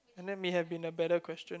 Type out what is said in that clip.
and that may have been a better question